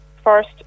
first